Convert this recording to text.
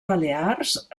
balears